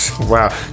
Wow